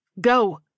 Go